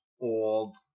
old